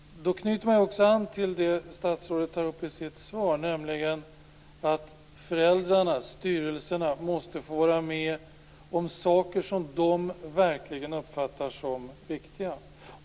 Då knyter man också an till det som statsrådet tar upp i sitt svar, nämligen att föräldrarna, styrelserna, måste få vara med om saker som de verkligen uppfattar som viktiga.